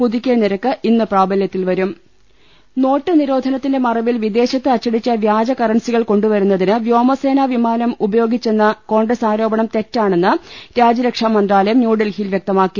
പുതുക്കിയ നിരക്ക് ഇന്ന് പ്രാബല്യത്തിൽ വരും നോട്ട് നിരോധനത്തിന്റെ മറവിൽ വിദേശത്ത് അച്ചടിച്ച വ്യാജ കറൻസികൾ കൊണ്ടുവരുന്നതിന് വ്യോമസേനാ വിമാനം ഉപയോ ഗിച്ചെന്ന കോൺഗ്രസ് ആരോപണം തെറ്റാണെന്ന് രാജ്യരക്ഷാ മന്ത്രാ ലയം ന്യൂഡൽഹിയിൽ വൃക്തമാക്കി